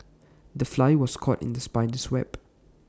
the fly was caught in the spider's web